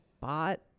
bought